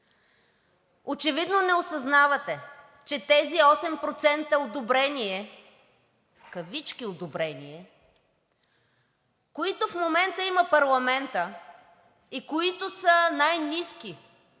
Очевидно не осъзнавате, че тези 8% одобрение в кавички, които в момента има парламентът и които са най-ниски